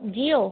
Jio